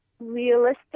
realistic